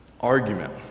argument